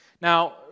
Now